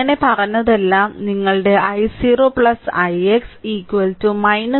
അങ്ങനെ പറഞ്ഞതെല്ലാം നിങ്ങളുടെ i0 ix 2 ix V0 4